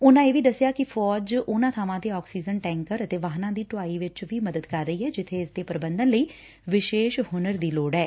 ਉਨਾ ਇਹ ਵੀ ਦਸਿਆ ਕਿ ਫੌਜ ਉਨਾ ਬਾਵਾ ਤੇ ਆਕਸੀਜਨ ਟੈਕਰ ਅਤੇ ਵਾਹਨਾ ਦੀ ਢੋਆਈ ਵਿਚ ਵੀ ਮਦਦ ਕਰ ਰਹੀ ਐ ਜਿੱਬੇ ਇਸ ਦੇ ਪ੍ਰਬੰਧ ਲਈ ਵਿਸ਼ੇਸ਼ ਹੁਨਰ ਦੀ ਲੋੜ ਐ